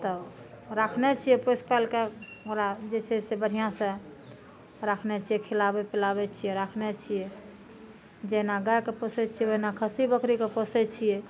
तब राखने छियै पोसि पालिके ओकरा जे छै से बढ़िऑंसॅं राखने छियै खिलाबै छियै पिलाबै छियै राखने छियै जेना गाय के पोसै छियै ओहिना खस्सी बकरी के पोसै छियै